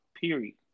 Period